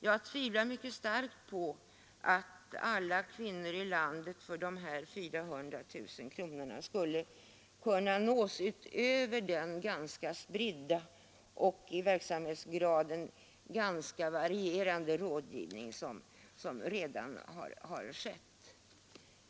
Jag tvivlar mycket starkt på att alla kvinnor i landet för dessa 400 000 kronor skulle kunna nås utöver den ganska breda och i verksamhetsgraden rätt varierande rådgivning som redan har skett.